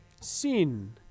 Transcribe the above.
Sin